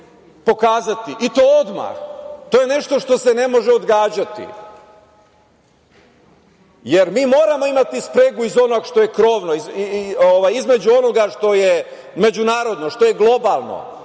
i to odmah. To je nešto što se ne može odgađati, jer mi moramo imati spregu između onoga što je međunarodno, što je globalno,